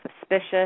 suspicious